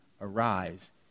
arise